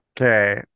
okay